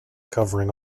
covering